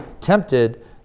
tempted